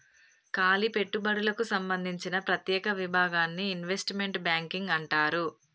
కాలి పెట్టుబడులకు సంబందించిన ప్రత్యేక విభాగాన్ని ఇన్వెస్ట్మెంట్ బ్యాంకింగ్ అంటారు